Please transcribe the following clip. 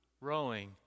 rowing